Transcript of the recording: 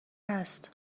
هست